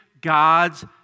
God's